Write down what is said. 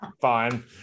Fine